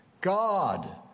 God